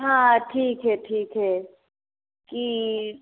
हँ ठीक हइ ठीक हइ कि